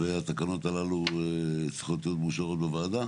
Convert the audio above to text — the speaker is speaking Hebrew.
והתקנות הללו צריכות להיות מאושרות בוועדה?